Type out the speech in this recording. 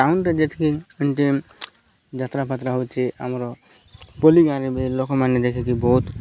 ଟାଉନ୍ରେ ଯେତିକି ଏମିତି ଯାତ୍ରାପାତ୍ରା ହେଉଛି ଆମର ପୋଲି ଗାଁରେ ବି ଲୋକମାନେ ଦେଖିକି ବହୁତ